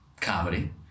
comedy